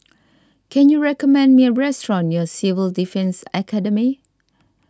can you recommend me a restaurant near Civil Defence Academy